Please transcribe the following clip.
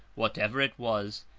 whatever it was,